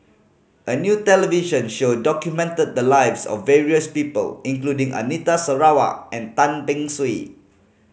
a new television show documented the lives of various people including Anita Sarawak and Tan Beng Swee